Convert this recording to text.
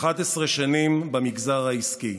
ו-11 שנים במגזר העסקי,